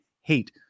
hate